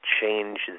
change